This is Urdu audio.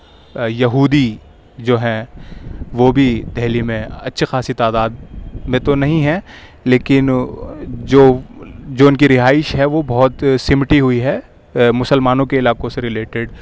یہودی جو ہیں وہ بھی دہلی میں اچھی خاصی تعداد میں تو نہیں ہیں لیکن جو جو ان کی رہائش ہے وہ بہت سمٹی ہوئی ہے مسلمانوں کے علاقوں سے ریلیٹیڈ